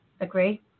Agree